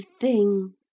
thing